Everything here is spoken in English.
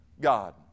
God